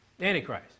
Antichrist